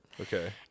Okay